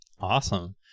Awesome